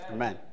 Amen